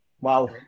Wow